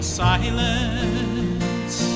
silence